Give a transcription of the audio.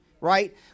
right